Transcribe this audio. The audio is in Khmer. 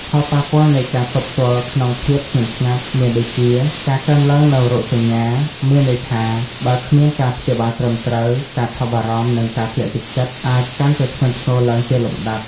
ផលប៉ះពាល់នៃការទប់ទល់ក្នុងភាពស្ងៀមស្ងាត់មានដូចជា ការកើនឡើងនូវរោគសញ្ញា មានន័យថាបើគ្មានការព្យាបាលត្រឹមត្រូវ ការថប់បារម្ភ និងការធ្លាក់ទឹកចិត្តអាចកាន់តែធ្ងន់ធ្ងរឡើងជាលំដាប់។